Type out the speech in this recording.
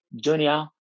Junior